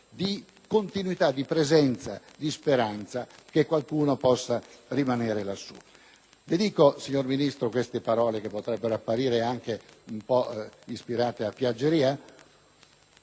di continuità, di presenza, di speranza che qualcuno possa rimanere in quelle zone. Signor Ministro, le dico queste parole, che potrebbero apparire anche ispirate a piaggeria,